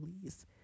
please